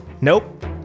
Nope